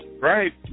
Right